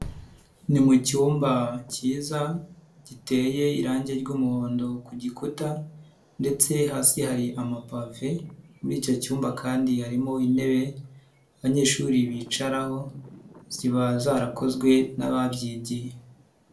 Ni mucyumba cyiza giteye irangi ry'umuhondo ku gikuta ndetse hasi hari amapave, muri icyo cyumba kandi harimo intebe abanyeshuri bicaraho, ziba zarakozwe n'ababyigiye.